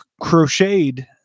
crocheted